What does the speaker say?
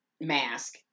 mask